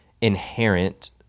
inherent